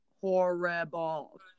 horrible